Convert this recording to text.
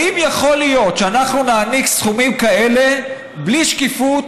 האם יכול להיות שאנחנו נעניק סכומים כאלה בלי שקיפות,